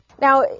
Now